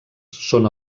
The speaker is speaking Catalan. són